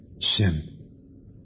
sin